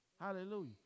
Hallelujah